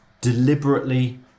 deliberately